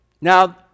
now